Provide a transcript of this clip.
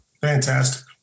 Fantastic